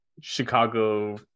Chicago